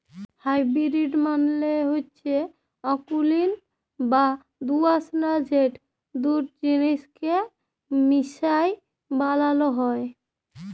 hybrid মালে হচ্যে অকুলীন বা দুআঁশলা যেট দুট জিলিসকে মিশাই বালালো হ্যয়